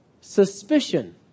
suspicion